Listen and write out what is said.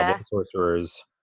sorcerers